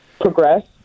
progress